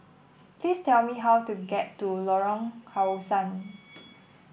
please tell me how to get to Lorong How Sun